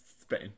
Spain